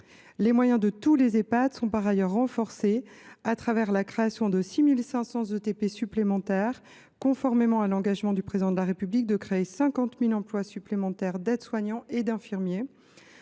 Les moyens de tous les Ehpad sont par ailleurs renforcés au travers de la création de 6 500 équivalents temps plein (ETP) supplémentaires, conformément à l’engagement du Président de la République de créer 50 000 emplois complémentaires d’aides soignants et d’infirmiers.